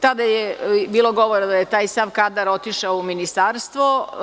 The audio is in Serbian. Tada je bilo govora da je sav taj kadar otišao u Ministarstvo.